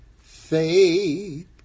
Faith